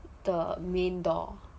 the main door